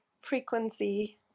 frequency